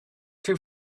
too